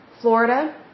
Florida